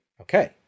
Okay